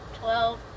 twelve